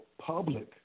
public